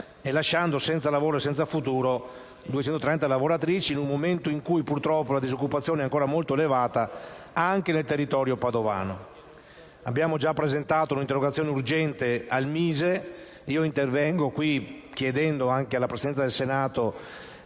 e lascia senza lavoro e senza futuro 230 lavoratrici in un momento in cui purtroppo la disoccupazione è ancora molto elevata anche nel territorio padovano. Abbiamo appena presentato un'interrogazione urgente al MISE. Intervengo in questa sede chiedendo alla Presidenza del Senato